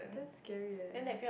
that's scary leh